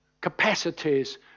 capacities